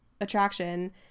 attraction